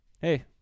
hey